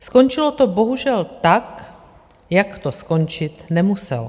Skončilo to bohužel tak, jak to skončit nemuselo.